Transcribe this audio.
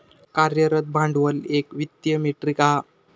कार्यरत भांडवल एक वित्तीय मेट्रीक हा